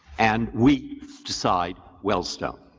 and we decide wellstone.